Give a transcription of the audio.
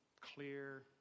clear